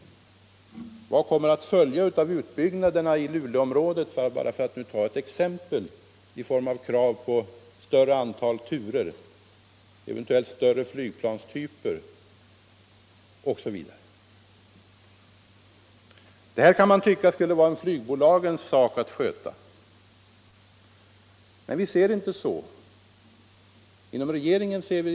Vad kommer att följa av utbyggnaderna i Luleåområdet, för att ta ett exempel, i form av krav på större antal turer, eventuellt större flygplanstyper osv.? Man kan tycka att det skulle vara flygbolagens sak att sköta detta. Men vi ser det inte så inom regeringen.